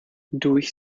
durch